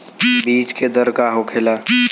बीज के दर का होखेला?